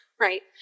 right